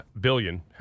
billion